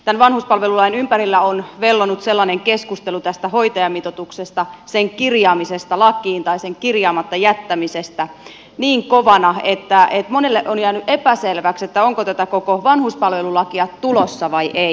tämän vanhuspalvelulain ympärillä on vellonut keskustelu tästä hoitajamitoituksesta sen kirjaamisesta lakiin tai kirjaamatta jättämisestä niin kovana että monelle on jäänyt epäselväksi onko tätä koko vanhuspalvelulakia tulossa vai ei